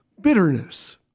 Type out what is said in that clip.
bitterness